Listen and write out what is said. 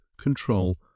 control